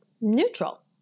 neutral